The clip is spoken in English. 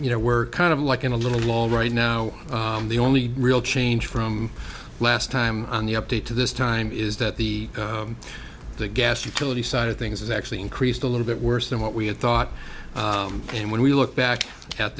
you know we're kind of like in a little longer right now the only real change from last time on the update to this time is that the gas utility side of things has actually increased a little bit worse than what we had thought and when we look back at